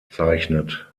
bezeichnet